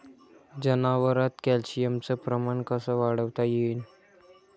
जनावरात कॅल्शियमचं प्रमान कस वाढवता येईन?